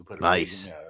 Nice